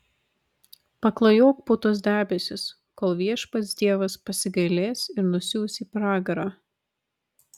paklajok po tuos debesis kol viešpats dievas pasigailės ir nusiųs į pragarą